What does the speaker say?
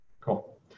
Cool